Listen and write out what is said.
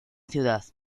ciudad